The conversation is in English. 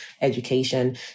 education